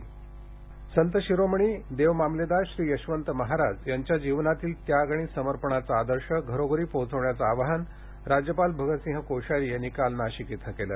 राज्यपाल नाशिक संत शिरोमणी देवमामलेदार श्री यशवंत महाराज यांच्या जीवनातील त्याग आणि समर्पणाचा आदर्श घरोघरी पोहोचवण्याचे आवाहन राज्यपाल भगतसिंग कोश्यारी यांनी नाशिक मध्ये काल केले